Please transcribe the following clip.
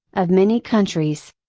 of many countries.